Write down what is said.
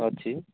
ଅଛି